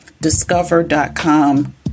discover.com